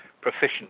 proficient